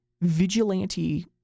vigilante